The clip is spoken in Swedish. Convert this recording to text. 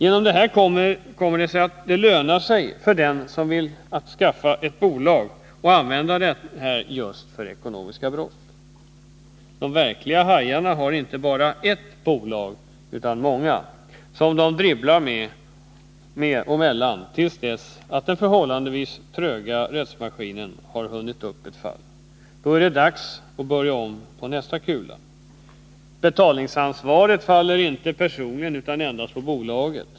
Av detta kommer det sig att det lönar sig att skaffa ett bolag och sedan använda det för just ekonomiska brott. De verkliga hajarna har inte bara ett bolag utan många, som de dribblar med och mellan till dess att den förhållandevis tröga rättsmaskinen har hunnit upp ett fall. Då är det dags att börja på ny kula. Betalningsansvaret faller inte på personen utan endast på bolaget.